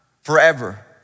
forever